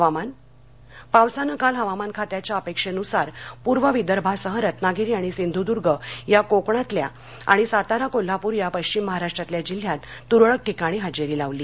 हवामान पावसानं काल हवामान खात्याच्या अपेक्षेनुसार पूर्व विदर्भासह रत्नागिरी आणि सिंधुद्र्ग या कोकणातल्या आणि सातारा कोल्हापूर या पश्चिम महाराष्ट्रातल्या जिल्ह्यात तुरळक ठिकाणी हजेरी लावली